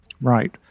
Right